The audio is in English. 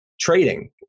trading